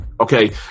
okay